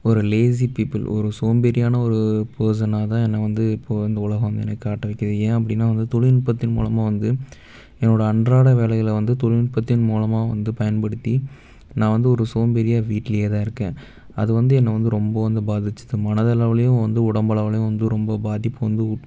ஒரு lazy people ஒரு சோம்பேறியான ஒரு பேர்சனாகதான் என்னை வந்து இப்போது இந்த உலகோம் வந்து என்னை காட்ட வைக்குது ஏன் அப்படின்னா வந்து தொழில்நுட்பத்தின் மூலமாக வந்து என்னோடய அன்றாட வேலைகளை வந்து தொழில்நுட்பத்தின் மூலமாக வந்து பயன்படுத்தி நா வந்து ஒரு சோம்பேறியாக வீட்டிலேயேதான் இருக்கேன் அது வந்து என்னை வந்து ரொம்ப வந்து பாதிச்சுது மனதளவிலையும் வந்து உடம்பளவிலையும் வந்து ரொம்ப பாதிப்பு வந்து